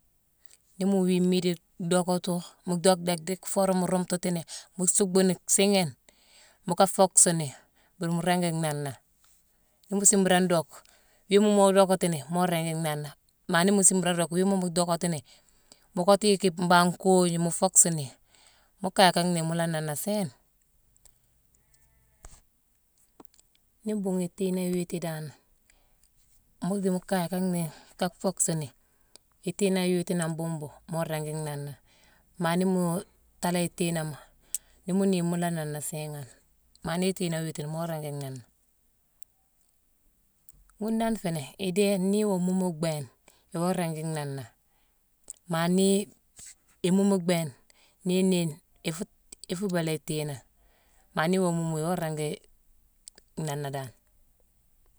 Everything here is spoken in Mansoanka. Nii mu wiiye mmiidine dhockatu, mu dhock déck- déck foo worama mu ruuntatini, mu suuckbuni siighine, mu ka focksini mburu ringi nhanna. Nii mu siimrane dhock, wiima moo dhockatini, moo ringi nhanna. Maa ni mu siimrane ni dock, wiima mu dockatini, mu kottu yicki mbangh nkoognu, mu focksini, mu kaye ka nhééyine, mu la nanné sééne. Nii mbhuughune itiiné iwiiti dan mu dii mu kaye ka nhééyine, ka focksini, itiiné iwiitine an bhuumbu, moo ringi nhanné. Maa ni muu taalé itiinama, ni mu nii, mu la nhanné siingane. Maa nii itiinama iwiitine, moo ringi nhanné. Ghune dan nféé né, idéé nii iwoo mhuumu bhééne, iwoo ringi nhanné. Maa nii imuumu bhééne, nii inééyine, iffu- iffu bhéélé itiina. Maa ni iwoo muumu iwoo ringi nhanné dan